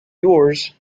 yours